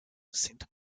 saint